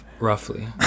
roughly